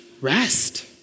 rest